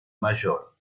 mayor